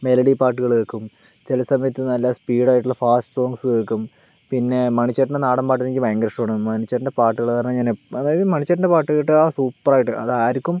melody പാട്ടുകൾ കേൾക്കും ചില സമയത്ത് നല്ല സ്പീഡ് ആയിട്ടുള്ള ഫാസ്റ്റ് സോങ്സ് കേൾക്കും പിന്നെ മണിച്ചേട്ടൻ്റെ നാടൻ പാട്ട് എനിക്ക് ഭയങ്കര ഇഷ്ടമാണ് മണിച്ചേട്ടൻ്റെ പാട്ടുകളെന്ന് പറഞ്ഞാൽ അതായത് മണിച്ചേട്ടൻ്റെ പാട്ട് കേട്ടാൽ സൂപ്പറായിട്ട് അതാർക്കും